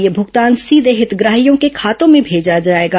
यह भूगतान सीधे हितग्राहियों के खातों में भेजा जाएगा